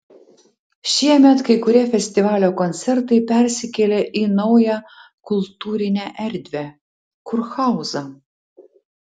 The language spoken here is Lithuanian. šiemet kai kurie festivalio koncertai persikėlė į naują kultūrinę erdvę kurhauzą